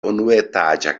unuetaĝa